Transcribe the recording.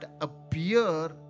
appear